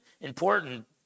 important